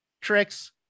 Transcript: tricks